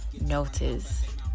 notice